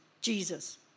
Jesus